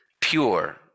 pure